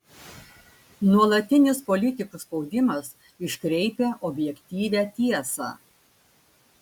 nuolatinis politikų spaudimas iškreipia objektyvią tiesą